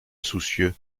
soucieux